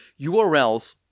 URLs –